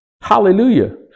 hallelujah